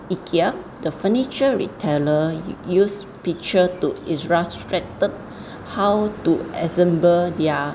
ikea the furniture retailer use picture to illustrated how to assemble their